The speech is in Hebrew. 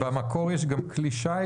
במקור יש גם כלי שיט?